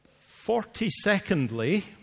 Forty-secondly